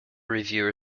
reviewer